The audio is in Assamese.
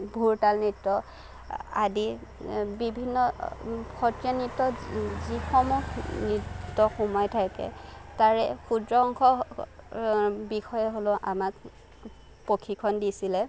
ভুৰ তাল নৃত্য আদি বিভিন্ন সত্ৰীয়া নৃত্যত যি যিসমূহ নৃত্য সোমাই থাকে তাৰে ক্ষুদ্ৰ অংশ বিষয়ে হ'লেও আমাক প্ৰশিক্ষণ দিছিলে